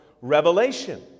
revelation